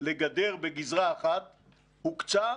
לגדר בגזרה אחת הוקצה,